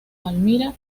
palmira